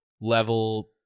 level